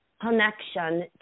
connection